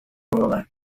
ruler